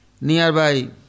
nearby